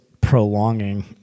prolonging